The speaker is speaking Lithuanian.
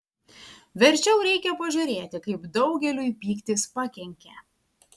verčiau reikia pažiūrėti kaip daugeliui pyktis pakenkė